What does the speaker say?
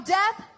death